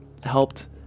helped